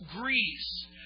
Greece